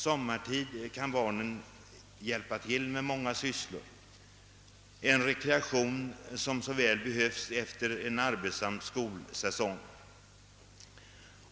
Sommartid kan barnen hjälpa till med många sysslor, en rekreation som så väl behövs efter en arbetsam skolsäsong.